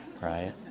right